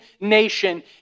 nation